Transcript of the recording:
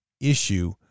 issue